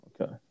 Okay